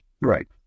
Right